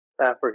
Africa